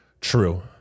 true